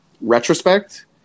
retrospect